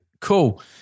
Cool